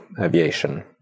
aviation